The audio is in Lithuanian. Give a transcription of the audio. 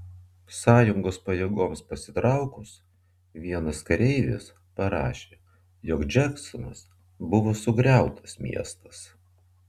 sąjungos pajėgoms pasitraukus vienas kareivis parašė jog džeksonas buvo sugriautas miestas